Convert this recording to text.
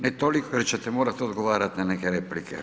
Ne toliko jer ćete morati odgovarati na neke replike.